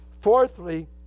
Fourthly